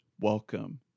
Welcome